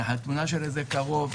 לחתונה של איזה קרוב,